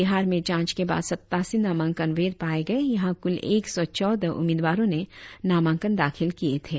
बिहार में जांच के बाद सत्तासी नामांकन वैध पाये गए यहा कुल एक सौ चौदह उम्मीदवारों ने नामांकन दाखिल किए थे